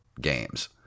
games